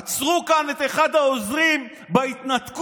עצרו כאן את אחד העוזרים בהתנתקות,